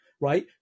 right